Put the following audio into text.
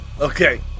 Okay